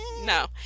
No